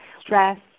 stress